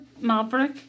Maverick